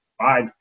five